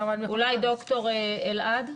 אולי ד"ר אלעד?